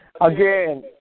Again